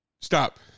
Stop